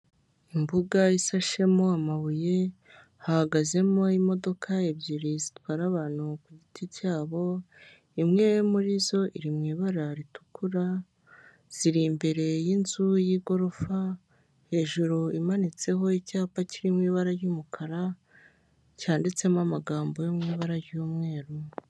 Imbuga isashemo amabuye hahagazemo imodoka ebyiri zitwara abantu ku giti cyabo, imwe muri zo iri mu ibara ritukura ,ziri imbere y'inzu y'igorofa, hejuru imanitseho icyapa kiriri mu ibara ry'umukara cyanditsemo amagambo yo mu ibara ry'umweru.